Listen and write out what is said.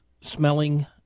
smelling